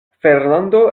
fernando